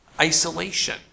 isolation